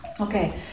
Okay